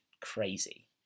crazy